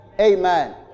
Amen